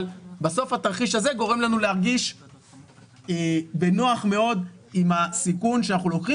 אבל בסוף התרחיש הזה גורם לנו להרגיש בנוח מאוד עם הסיכון שאנחנו לוקחים